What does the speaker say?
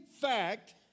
fact